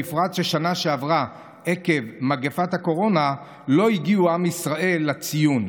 בפרט שבשנה שעברה עקב מגפת הקורונה לא הגיעו עם ישראל לציון,